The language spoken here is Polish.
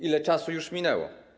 Ile czasu już minęło?